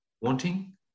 wanting